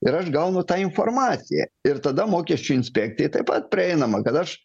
ir aš gaunu tą informaciją ir tada mokesčių inspekcijai taip pat prieinama kad aš